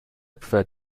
prefer